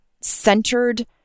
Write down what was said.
centered